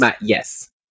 Yes